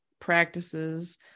practices